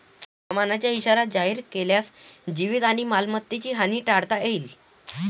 हवामानाचा इशारा जारी केल्यास जीवित आणि मालमत्तेची हानी टाळता येईल